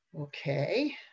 Okay